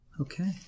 Okay